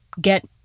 get